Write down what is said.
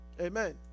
Amen